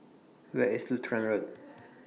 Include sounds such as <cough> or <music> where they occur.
Where IS Lutheran Road <noise>